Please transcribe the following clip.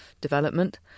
development